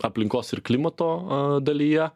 aplinkos ir klimato a dalyje